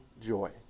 joy